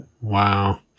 Wow